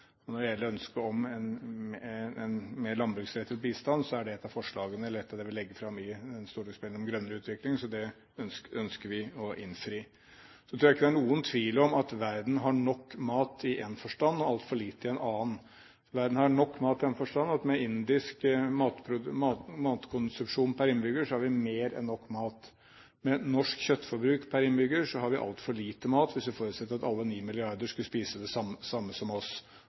en grønnere utvikling. Så det ønsker vi å innfri. Så tror jeg ikke det er noen tvil om at verden har nok mat i én forstand, og altfor lite i en annen. Verden har nok mat, i den forstand at med en indisk matkonsumpsjon per innbygger har vi mer enn nok mat, men med et norsk kjøttforbruk per innbygger har vi altfor lite mat, hvis vi forutsetter at alle ni milliarder skulle spise det samme som oss.